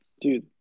Dude